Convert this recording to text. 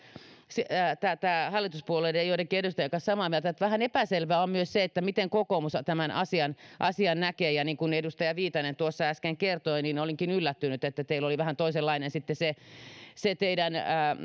hallituspuolueiden ja joidenkin edustajien kanssa samaa mieltä että vähän epäselvää on myös se miten kokoomus tämän asian asian näkee ja niin kuin edustaja viitanen tuossa äsken kertoi olinkin yllättynyt että teillä oli vähän toisenlainen se se teidän